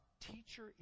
teacher